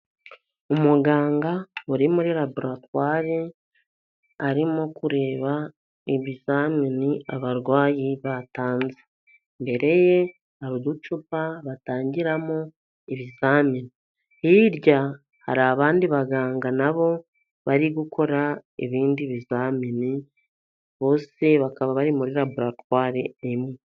Umuganga uri muri laboratwari arimo kureba ibizamini abarwayi batanze, imbere ye hari uducupa batangiramo ibizamini, hirya hari abandi baganga nabo bari gukora ibindi bizamini, bose bakaba bari muri laboratware imwe.